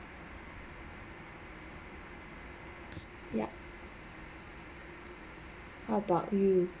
yup how about you